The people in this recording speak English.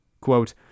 Quote